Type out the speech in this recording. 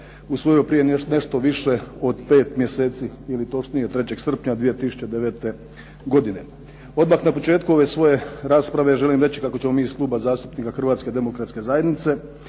usvojio prije nešto više od pet mjeseci ili točnije 3. srpnja 2009. godine. Odmah na početku ove svoje rasprave želim reći kako ćemo mi iz Kluba zastupnika Hrvatske demokratske zajednice